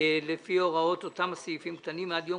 לפי הוראות אותם סעיפים קטנים עד יום